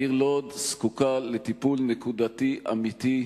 העיר לוד זקוקה לטיפול נקודתי אמיתי.